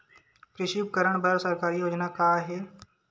कृषि उपकरण बर सरकारी योजना का का हे?